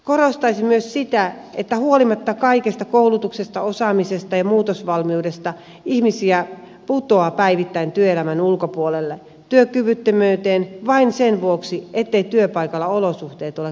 korostaisin myös sitä että huolimatta kaikesta koulutuksesta osaamisesta ja muutosvalmiudesta ihmisiä putoaa päivittäin työelämän ulkopuolelle työkyvyttömyyteen vain sen vuoksi etteivät työpaikalla olosuhteet ole kunnossa